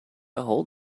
hold